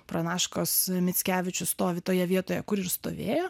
pranaškos mickevičius stovi toje vietoje kur ir stovėjo